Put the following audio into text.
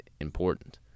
Important